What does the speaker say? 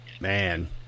man